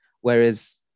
whereas